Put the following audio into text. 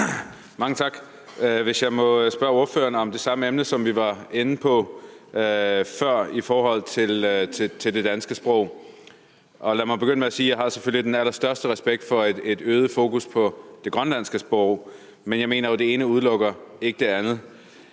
Mange tak. Jeg vil spørge ordføreren om det samme emne, som vi var inde på før i forbindelse med det danske sprog. Lad mig begynde med at sige, at jeg selvfølgelig har den allerstørste respekt for et øget fokus på det grønlandske sprog, men jeg mener jo ikke, at det ene udelukker det andet.